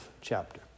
chapter